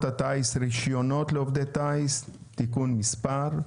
הטיס (רישיונות לעובדי טיס)(תיקון מס'-),